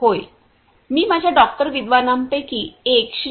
होय मी माझ्या डॉक्टर विद्वानांपैकी एक श्री